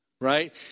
Right